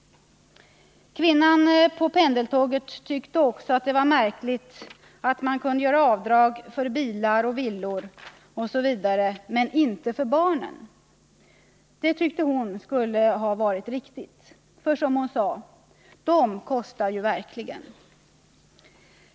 Kvinnan på pendeltåget tyckte också det var märkligt att man kunde göra avdrag för bilar och villor men inte för barnen. Det tyckte hon skulle ha varit riktigt. För, som hon sade: De kostar ju verkligen.